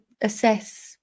assess